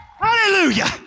Hallelujah